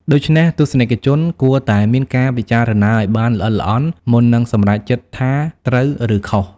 ដូច្នេះ ទស្សនិកជនគួរតែមានការពិចារណាឲ្យបានល្អិតល្អន់មុននឹងសម្រេចចិត្តថាត្រូវឬខុស។